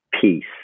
peace